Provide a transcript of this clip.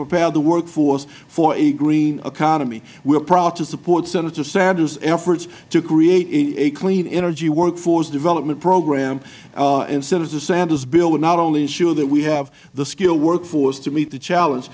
prepare the workforce for a green economy we are proud to support senator sanders efforts to create a clean energy workforce development program and senator sanders bill would not only ensure that we have the skilled workforce to meet the challenge